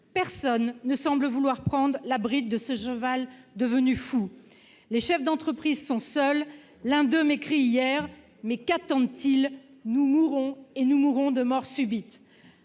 personne ! -ne semble vouloir saisir la bride de ce cheval devenu fou ... Les chefs d'entreprise sont seuls. L'un d'eux m'a écrit hier :« Mais qu'attendent-ils ? Nous mourons et nous mourons de mort subite